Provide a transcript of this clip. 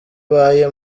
ubaye